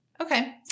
Okay